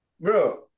bro